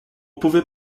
pouvait